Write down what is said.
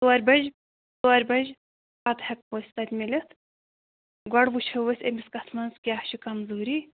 ژورِ بَجہِ ژورِ بَجہِ پَتہٕ ہٮ۪کو أسۍ تَتہِ میٖلِتھ گۄڈٕ وُچھو أسۍ أمِس کَتھ منٛز کیٛاہ چھِ کمزوٗری